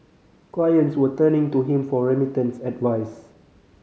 clients were turning to him for remittance advice